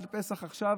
עד פסח עכשיו,